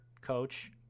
coach